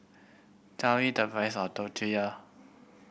tell me the price of Tortilla